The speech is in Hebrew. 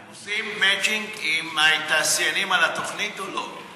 אתם עושים מצ'ינג עם התעשיינים על התוכנית או לא?